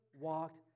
walked